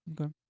Okay